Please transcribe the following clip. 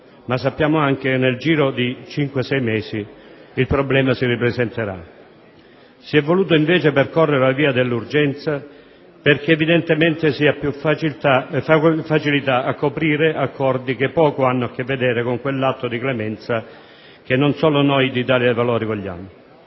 ma sappiamo anche che nel giro di cinque o sei mesi il problema si ripresenterà. Si è voluta, invece, percorrere la via dell'urgenza perché, evidentemente, si ha più facilità a coprire accordi che poco hanno a che vedere con quell'atto di clemenza che non solo noi dell'Italia dei Valori vogliamo.